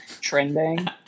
trending